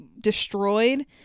destroyed